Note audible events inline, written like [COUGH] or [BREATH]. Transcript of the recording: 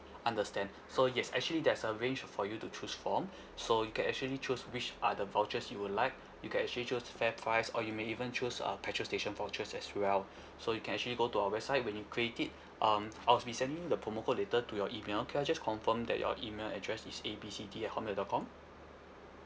understand so yes actually there's a range for you to choose from so you can actually choose which are the vouchers you would like you can actually choose fairprice or you may even choose uh petrol station vouchers as well [BREATH] so you can actually go to our website when you create it um I'll be sending you the promo code later to your email can I just confirm that your email address is A B C D at hotmail dot com